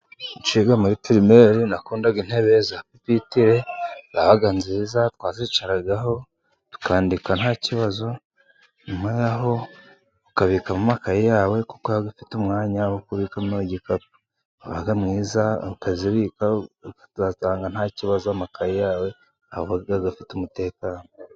Nshiga muri purimeri nakundaga intebe za pipitire zabaga nziza, twazicaragaho tukandika nta kibazo nyumaho ukabikamo amakaye yawe kuko iba ifite umwanya wo kubikamo igikapu. wabaga mwiza ukazibika, ugasanga nta kibazo amakaye yawe afite umutekano.